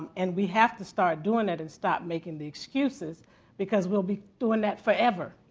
and we have to start doing it and stop making the excuses because we'll be doing that forever.